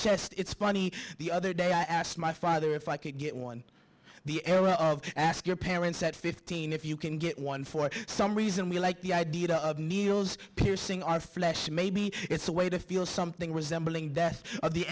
chest it's funny the other day i asked my father if i could get one the era of ask your parents at fifteen if you can get one for some reason we like the idea of nero's piercing our flesh maybe it's a way to feel something resembling that of the